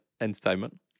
entertainment